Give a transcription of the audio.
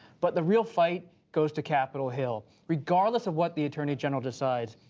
but the real fight goes to capitol hill, regardless of what the attorney general decides.